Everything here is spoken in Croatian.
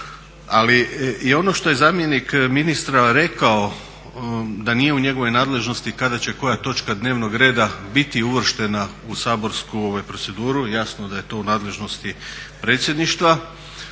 Ali i ono što je zamjenik ministra rekao da nije u njegovoj nadležnosti kada će koja točka dnevnog reda biti uvrštena u saborsku proceduru jasno da je to u nadležnosti Predsjedništva.